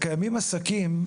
קיימים עסקים,